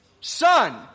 son